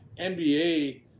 NBA